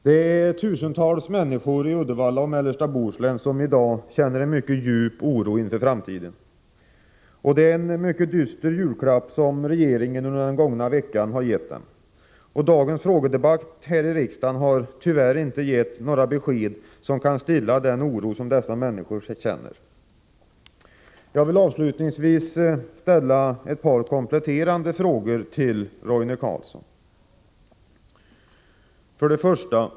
Det är tusentals människor i Uddevalla och i mellersta Bohuslän som i dag känner en mycket djup oro inför framtiden. Det är en mycket dyster julklapp som regeringen under den gångna veckan har gett dem. Dagens frågedebatt här i riksdagen har tyvärr inte gett några besked, som kan stilla den oro som dessa människor känner. Jag vill avslutningsvis ställa ett par kompletterande frågor till Roine Carlsson: 1.